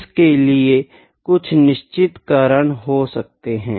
इस के लिए कुछ निश्चित कारण हो सकते है